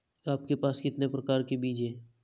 आपके पास कितने प्रकार के बीज हैं?